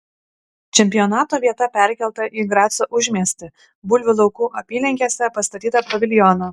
čempionato vieta perkelta į graco užmiestį bulvių laukų apylinkėse pastatytą paviljoną